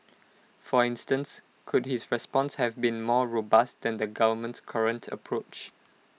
for instance could his response have been more robust than the government's current approach